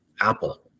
Apple